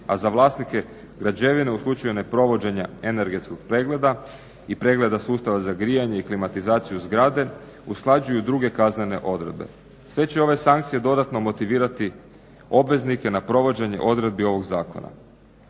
a za vlasnike građevine u slučaju ne provođenja energetskog pregleda i pregleda sustava za grijanje i klimatizaciju zgrade usklađuju druge kaznene odredbe. Sve će ove sankcije dodatno motivirati obveznike na provođenje odredbi ovog zakona.